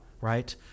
Right